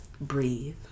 Breathe